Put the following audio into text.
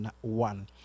one